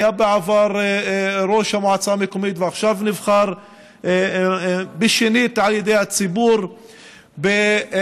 שהיה בעבר ראש המועצה המקומית ועכשיו נבחר שנית על ידי הציבור; בסח'נין,